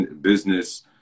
business